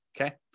okay